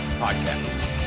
podcast